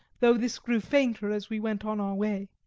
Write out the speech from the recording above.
though this grew fainter as we went on our way.